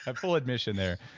ah full admission there.